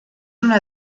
una